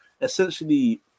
essentially